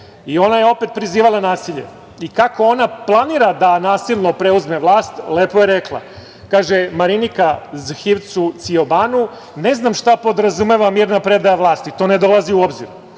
Ona je opet prizivala nasilje i kako ona planira da nasilno preuzme vlast, lepo je rekla, kaže Marinika Zhivcu Cijobanu – ne znam šta podrazumeva mirna predaja vlasti, to ne dolazi u obzir.